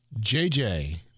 jj